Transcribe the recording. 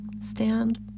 Stand